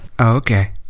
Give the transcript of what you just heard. okay